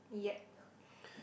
yup